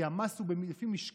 כי המס הוא לפי משקל,